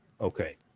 okay